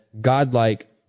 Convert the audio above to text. godlike